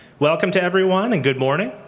welcome to everyone and good morning.